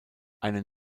einen